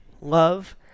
Love